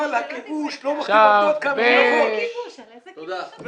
אבל הכיבוש לא --- על איזה כיבוש אתה מדבר?